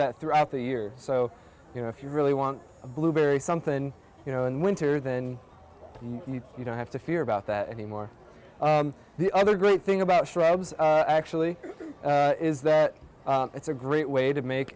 that throughout the year so you know if you really want a blueberry something you know and winter then you don't have to fear about that anymore the other great thing about shrubs actually is that it's a great way to make